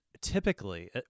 Typically